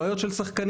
לבעיות של שחקנים,